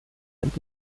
and